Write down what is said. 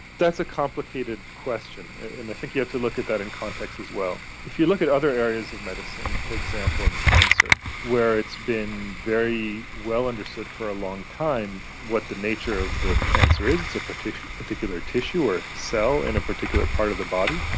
that's a complicated question, and i think you have to look at that in context as well. if you look at other areas of medicine, for example in cancer, where it has been very well understood for a long time what the nature of the cancer is, it's a particular particular tissue or cell in a particular part of the body,